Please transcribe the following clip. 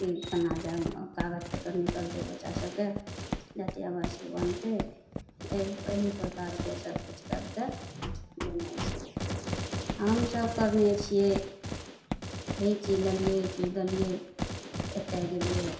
कि कोना जे कागज पत्तर निकलतै बच्चा सभके जाति आवासीय बनतै एँ एहि प्रकारके सबकिछु करिके देनाइ छै हमसभ करने छिए हे ई चीज लेलिए ई चीज देलिए एतए गेलिए